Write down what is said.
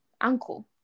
uncle